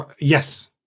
yes